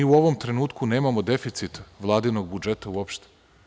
U ovom trenutku nemamo deficit Vladinog budžeta uopšte.